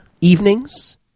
evenings